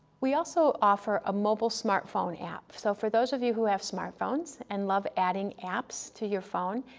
we also offer a mobile smartphone app, so for those of you have smartphones and love adding apps to your phone,